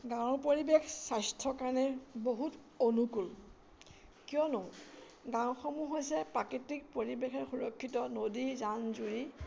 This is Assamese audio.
গাঁৱৰ পৰিৱেশ স্বাস্থ্যৰ কাৰণে বহুত অনুকূল কিয়নো গাঁওসমূহ হৈছে প্ৰাকৃতিক পৰিৱেশেৰে সুৰক্ষিত নদী জান জুৰি